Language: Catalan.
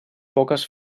poques